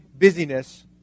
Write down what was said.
busyness